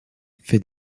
fait